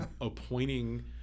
appointing